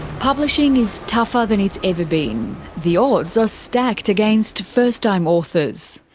publishing is tougher than it's ever been. the odds are stacked against first-time authors.